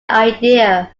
idea